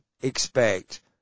expect